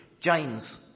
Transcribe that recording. James